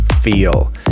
Feel